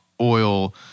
oil